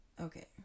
Okay